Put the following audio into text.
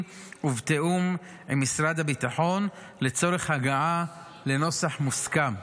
ובתיאום עם משרד הביטחון לצורך הגעה לנוסח מוסכם.